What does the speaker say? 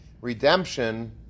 redemption